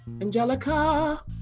Angelica